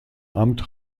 amt